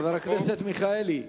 חבר הכנסת מיכאלי,